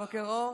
בוקר אור.